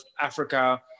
Africa